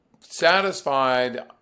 Satisfied